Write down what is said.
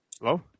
Hello